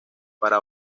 para